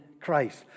christ